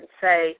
say